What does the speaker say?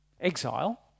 exile